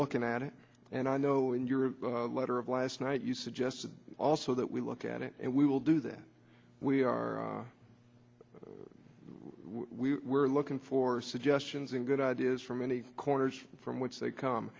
looking at it and i know in your letter of last night you suggested also that we look at it and we will do that we are we were looking for suggestions and good ideas from many corners from which they come